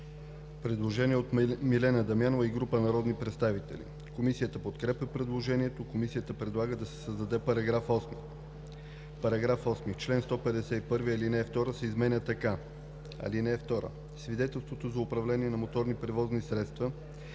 Предложение от Милена Дамянова и група народни представители. Комисията подкрепя предложението. Комисията предлага да се създаде § 8: § 8. В чл. 151 ал. 2 се изменя така: „(2) Свидетелство за управление на моторни превозни средства